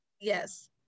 Yes